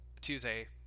Tuesday